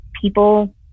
people